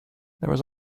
was